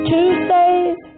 Tuesdays